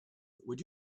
would